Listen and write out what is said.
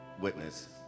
witness